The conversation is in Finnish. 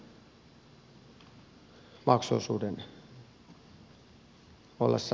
arvoisa puhemies